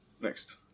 next